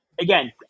again